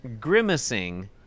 Grimacing